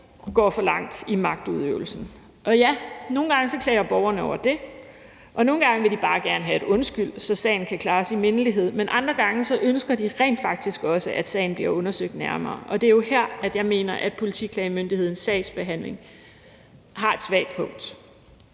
gå for langt i magtudøvelsen. Og ja, nogle gange klager borgerne over det, og nogle gange vil de bare gerne have en undskyldning, og så kan sagen klares i mindelighed. Men andre gange ønsker de rent faktisk også, at sagen bliver undersøgt nærmere, og det er jo her, jeg mener, at Politiklagemyndighedens sagsbehandling har et svagt punkt.